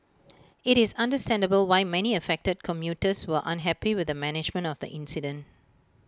IT is understandable why many affected commuters were unhappy with the management of the incident